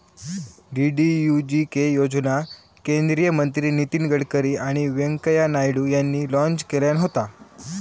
DDUGK योजना केंद्रीय मंत्री नितीन गडकरी आणि व्यंकय्या नायडू यांनी लॉन्च केल्यान होता